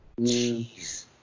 Jeez